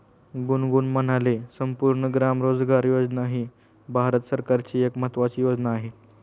गुनगुन म्हणाले, संपूर्ण ग्राम रोजगार योजना ही भारत सरकारची एक महत्त्वाची योजना आहे